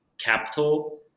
capital